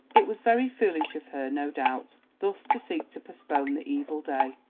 it was very foolish of her, no doubt, thus to seek to postpone the evil day,